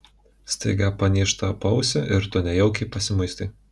staiga panyžta paausį ir tu nejaukiai pasimuistai